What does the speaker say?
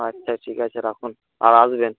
আচ্ছা ঠিক আছে রাখুন আর আসবেন